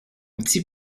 petit